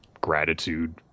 gratitude